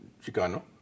Chicano